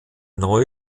neue